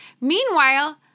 Meanwhile